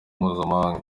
mpuzamahanga